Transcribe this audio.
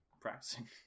practicing